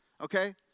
Okay